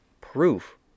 proof